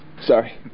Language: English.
Sorry